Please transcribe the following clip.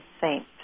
saint